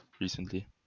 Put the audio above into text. recently